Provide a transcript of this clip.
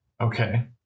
Okay